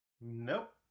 nope